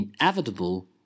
inevitable